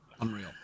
unreal